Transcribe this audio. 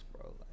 bro